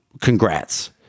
Congrats